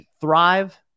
thrive